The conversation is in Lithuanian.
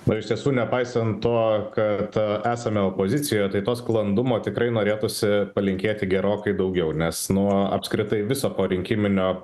na iš tiesų nepaisant to kad esame opozicijoje tai to sklandumo tikrai norėtųsi palinkėti gerokai daugiau nes nu apskritai viso porinkiminio